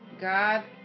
God